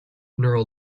neural